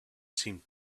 seemed